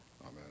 amen